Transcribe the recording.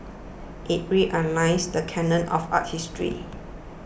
it realigns the canon of art history